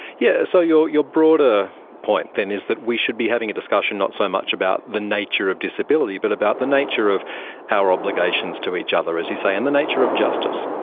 yeah so your your broader point then is that we should be having a discussion not so much about the nature of disability, but about the nature of our obligations to each other, as you say, in the nature of justice.